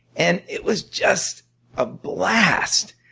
and it was just a blast.